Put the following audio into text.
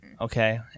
Okay